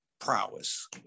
prowess